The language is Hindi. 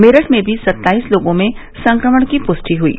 मेरठ में भी सत्ताईस लोगों में संक्रमण की पुष्टि हुयी